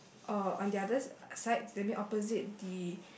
uh on the other s~ side that means opposite the